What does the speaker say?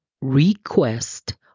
request